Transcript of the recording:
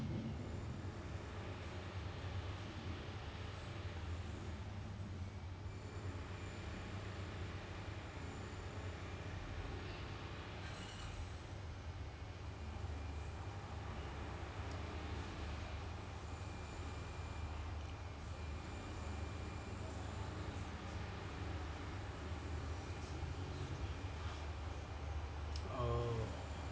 err